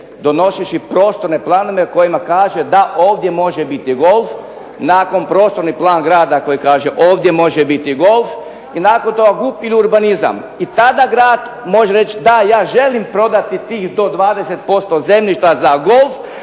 donoseći prostorne planove kojima kaže da ovdje može biti golf, nakon prostorni plan grada koji kaže ovdje može biti golf i nakon toga GUP i urbanizam i tada grad može reći da, ja želim prodati tih do 20% zemljišta za golf,